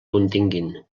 continguin